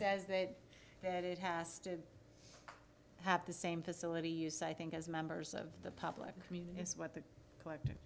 says that that it has to have the same facility use i think as members of the public community is what the collective